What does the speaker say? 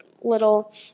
little